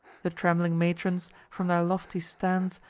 the trembling matrons, from their lofty stands,